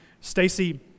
Stacey